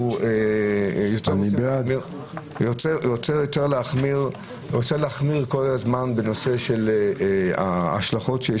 אני רוצה יותר להחמיר כל הזמן בנושא של ההשלכות שיש,